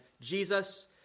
Jesus